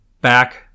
back